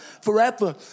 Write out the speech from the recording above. forever